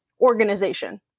organization